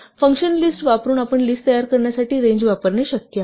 function list वापरून list तयार करण्यासाठी रेंज वापरणे शक्य आहे